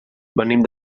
venim